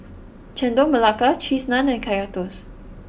Chendol Melaka Cheese Naan and Kaya Toast